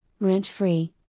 rent-free